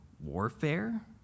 warfare